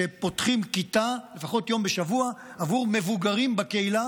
שפותחים כיתה לפחות יום בשבוע עבור מבוגרים בקהילה.